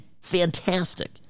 fantastic